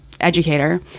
educator